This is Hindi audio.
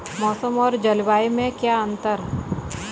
मौसम और जलवायु में क्या अंतर?